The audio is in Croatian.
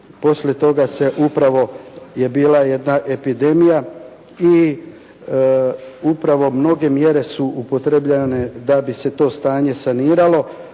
poslije toga upravo je bila jedna epidemija i upravo mnoge mjere su upotrebljavane da bi se to stanje saniralo.